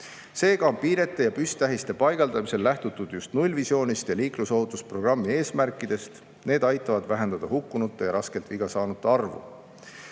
Seega on piirete ja püsttähiste paigaldamisel lähtutud just nullvisioonist ja liiklusohutusprogrammi eesmärkidest. Need aitavad vähendada hukkunute ja raskelt viga saanute arvu.